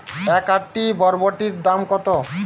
এক আঁটি বরবটির দাম কত?